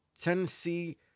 Tennessee